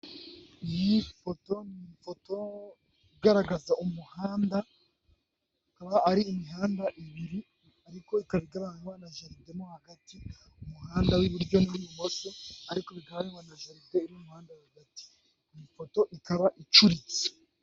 Iyi ifoto ni ifoto igaragaza umuhanda akaba ari imihanda ibiri ariko ika igabanywa na jaride mo hagati umuhanda w'iburyo n'uwibumoso ariko bikaba bihujwe na jaridire iri mu muhanda hagati iyi foto ikaba icuritse.